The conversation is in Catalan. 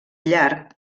llarg